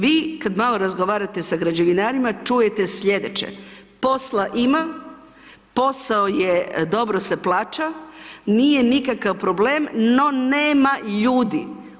Vi kad malo razgovarate s građevinarima čujete slijedeće, posla ima, posao je dobro se plaća, nije nikakav problem, no nema ljudi.